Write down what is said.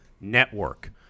Network